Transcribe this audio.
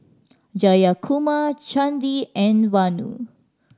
Jayakumar Chandi and Vanu